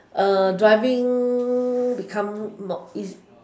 uh driving become more in